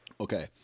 Okay